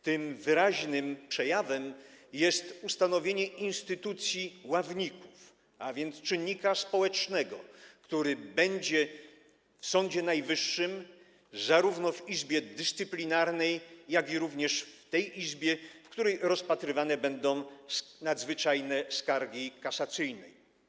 Tym wyraźnym przejawem jest ustanowienie instytucji ławników, a więc czynnika społecznego, który będzie w Sądzie Najwyższym zarówno w Izbie Dyscyplinarnej, jak i w tej izbie, w której rozpatrywane będą nadzwyczajne skargi kasacyjne.